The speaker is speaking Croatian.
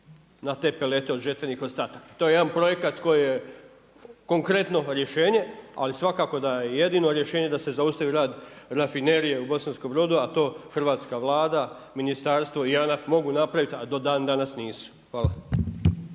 na te pelete od žetvenih ostataka. To je jedan projekat koji je konkretno rješenje ali svakako da je jedino rješenje da se zaustavi rad Rafinerije u Bosanskom-brodu a to hrvatska Vlada, ministarstvo i JANAF mogu napraviti a do dan danas nisu. Hvala.